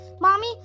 Mommy